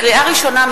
לקריאה ראשונה,